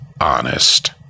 honest